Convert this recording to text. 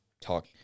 talk